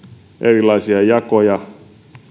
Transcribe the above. erilaisia jakoja